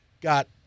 got